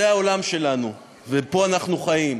זה העולם שלנו ופה אנחנו חיים.